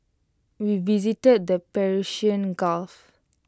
we visited the Persian gulf